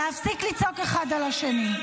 להפסיק לצעוק אחד על השני.